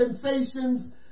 sensations